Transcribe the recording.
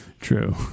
true